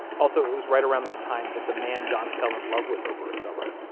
also, it was right around this time that the man john fell in love with over a summer,